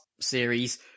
series